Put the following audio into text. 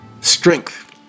strength